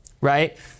right